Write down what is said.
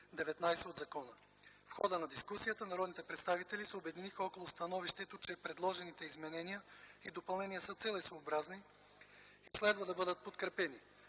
19 от закона. В хода на дискусията народните представители се обединиха около становището, че предложените изменения и допълнения са целесъобразни и следва да бъдат подкрепени.